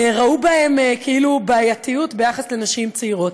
ראו בהם כאילו בעייתיות ביחס לנשים צעירות.